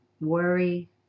worry